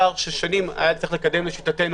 ששנים שהיה צריך לקדם לשיטתנו.